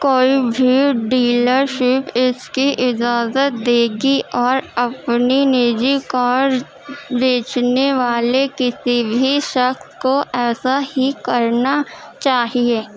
کوئی بھی dealer اس کی اجازت دے گی اور اپنی نجی کار بیچنے والے کسی بھی شخص کو ایسا ہی کرنا چاہیے